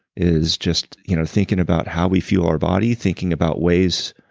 is just you know thinking about how we fuel our body, thinking about ways